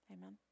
Amen